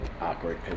awkward